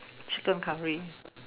chicken curry